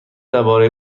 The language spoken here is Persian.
درباره